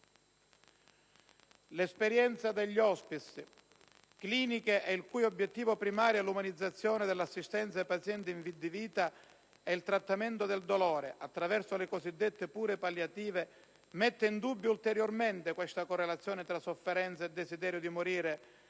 L'esperienza degli *hospice*, cliniche il cui obiettivo primario è l'umanizzazione dell'assistenza ai pazienti in fin di vita, e il trattamento del dolore - attraverso le cosiddette cure palliative - mette in dubbio ulteriormente la correlazione fra sofferenza e desiderio di morire,